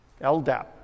LDAP